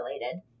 related